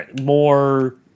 more